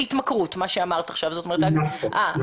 של ההתמכרויות עולה למשק הישראלי שבעה מיליארד שקלים.